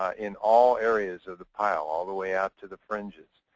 ah in all areas of the pile. all the way out to the fringes.